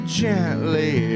gently